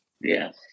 Yes